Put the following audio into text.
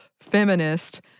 feminist